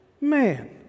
Man